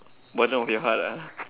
bottom of your heart ah